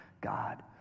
God